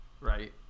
Right